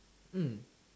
mm